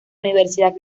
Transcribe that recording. universidad